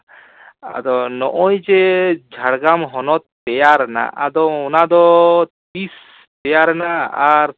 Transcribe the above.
ᱟᱫᱚ ᱱᱚᱜᱼᱚᱭ ᱡᱮ ᱡᱷᱟᱲᱜᱨᱟᱢ ᱦᱚᱱᱚᱛ ᱛᱮᱭᱟᱨᱮᱱᱟ ᱟᱫᱚ ᱚᱱᱟ ᱫᱚ ᱛᱤᱥ ᱛᱮᱭᱟᱨᱮᱱᱟ ᱟᱨ